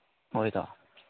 ꯍꯣꯏ ꯏꯇꯥꯎ